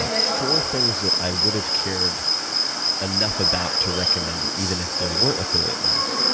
ah four things that i would have cared enough about to recommend even if there weren't affiliate links,